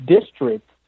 district